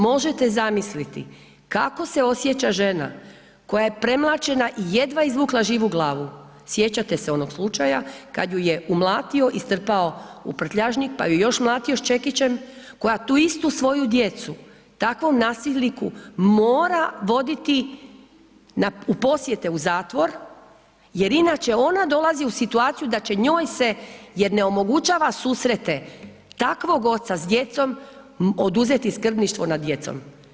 Možete zamisliti kako se osjeća žena koja je premlaćena jedva izvukla živu glavu, sjećate se onog slučaja kad ju je umlatio i strpao u prtljažnik pa ju je još mlatio s čekićem, koja tu istu svoju djecu takvom nasilniku mora voditi u posjete u zatvor jer inače ona dolazi u situaciju da će njoj se jer ne onemogućava susrete takvog oca s djecom, oduzeti skrbništvo nad djecom.